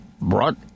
brought